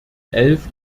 elf